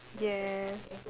yes